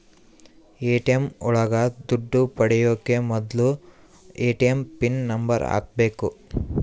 ATM ಒಳಗ ದುಡ್ಡು ಪಡಿಯೋಕೆ ಮೊದ್ಲು ಎ.ಟಿ.ಎಂ ಪಿನ್ ನಂಬರ್ ಹಾಕ್ಬೇಕು